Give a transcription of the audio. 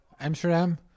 Amsterdam